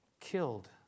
Killed